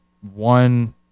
one –